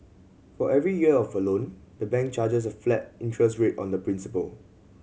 for every year of a loan the bank charges a flat interest rate on the principal